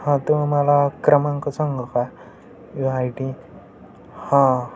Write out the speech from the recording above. हां तुम्हाला क्रमांक सांगा का आय टी हां